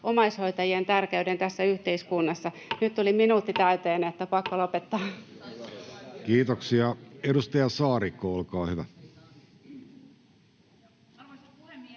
omaishoitajien tärkeyden tässä yhteiskunnassa. — Nyt tuli minuutti täyteen, niin että pakko lopettaa. Kiitoksia. — Edustaja Saarikko, olkaa hyvä.